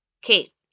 Kate